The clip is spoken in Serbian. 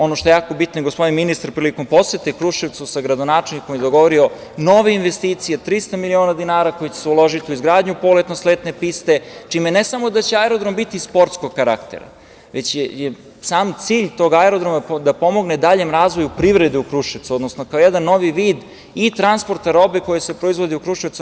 Ono što je jako bitno, gospodin ministar, prilikom posete Kruševcu, sa gradonačelnikom je dogovorio nove investicije, 300 miliona dinara, koji će se uložiti u izgradnju poletno sletne piste, čime ne samo da će aerodrom biti sportskog karaktera, već je i sam cilj tog aerodroma da pomogne daljem razvoju privrede u Kruševcu, odnosno kao jedan novi vid i transporta robe koja se proizvodi u Kruševcu.